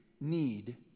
need